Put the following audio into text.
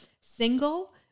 single